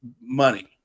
money